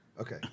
Okay